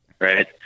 Right